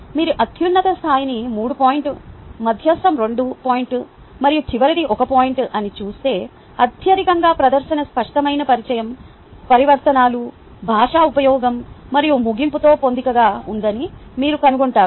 మీరు అత్యున్నత స్థాయిని 3 పాయింట్ మధ్యస్థం 2 పాయింట్ మరియు చివరిది 1 పాయింట్ అని చూస్తే అత్యధికంగా ప్రదర్శన స్పష్టమైన పరిచయం పరివర్తనాలు భాష ఉపయోగం మరియు ముగింపుతో పొందికగా ఉందని మీరు కనుగొంటారు